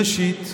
ראשית,